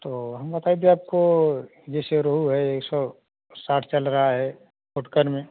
तो हम बताए ही दिए आपको जैसे रोहू है एक सौ साठ चल रहा है फुटकर में